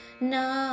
No